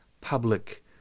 public